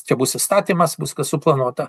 čia bus įstatymas bus kas suplanuota